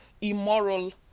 immoral